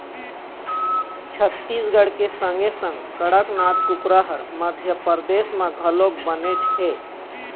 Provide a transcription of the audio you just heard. छत्तीसगढ़ के संगे संग कड़कनाथ कुकरा ह मध्यपरदेस म घलोक बनेच हे